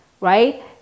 right